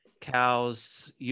cows